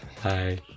Hi